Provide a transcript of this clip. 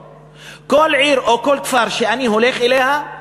כל עיר או כל כפר שאני הולך אליהם,